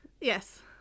Yes